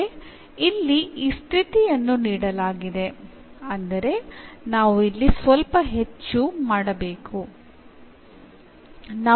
ಆದರೆ ಇಲ್ಲಿ ಈ ಸ್ಥಿತಿಯನ್ನು ನೀಡಲಾಗಿದೆ ಅಂದರೆ ನಾವು ಇಲ್ಲಿ ಸ್ವಲ್ಪ ಹೆಚ್ಚು ಮಾಡಬೇಕು